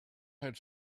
had